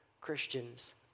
Christians